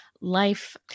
life